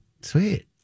Sweet